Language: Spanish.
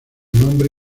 nombre